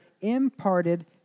imparted